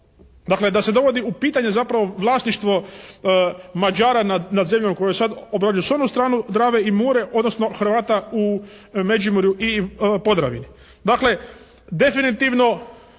Dakle da se dovodi u pitanje zapravo vlasništvo Mađara nad zemljom koju sada obrađuju s onu stranu Drave i Mure, odnosno Hrvata u Međimurju i Podravini. Dakle definitivno